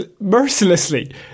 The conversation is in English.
mercilessly